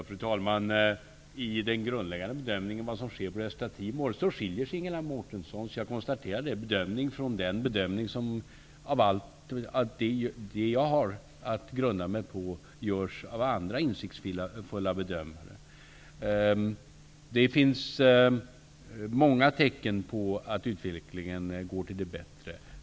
Fru talman! Jag kan konstatera att Ingela Mårtenssons grundläggande bedömning av vad som sker på Östra Timor skiljer sig från min bedömning, som också grundar sig på andra insiktsfulla bedömares. Det finns många tecken på att utvecklingen går mot det bättre.